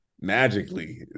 Magically